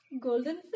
golden